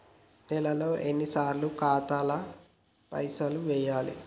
నెలలో ఎన్నిసార్లు ఖాతాల పైసలు వెయ్యాలి?